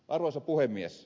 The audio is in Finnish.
arvoisa puhemies